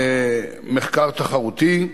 מחקר תחרותי.